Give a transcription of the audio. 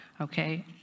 okay